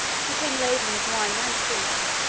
who came laden with wine and fruit.